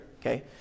okay